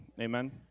Amen